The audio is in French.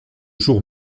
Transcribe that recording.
jour